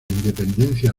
independencia